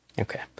Okay